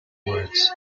words